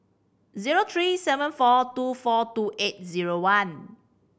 zero three seven four two four two eight zero one